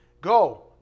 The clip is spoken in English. Go